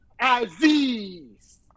Aziz